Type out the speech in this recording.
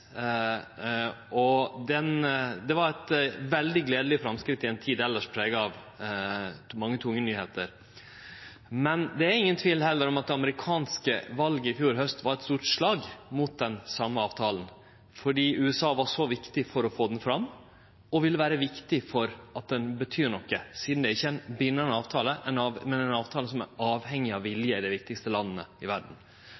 Det var eit veldig gledeleg framskritt i ei tid elles prega av mange tunge nyheiter. Men det er heller ingen tvil om at det amerikanske valet i fjor haust var eit stort slag mot den same avtalen, fordi USA var så viktig for å få han fram og vil vere viktig for at han betyr noko, sidan det ikkje er ein bindande avtale, men ein avtale som er avhengig av